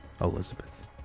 Elizabeth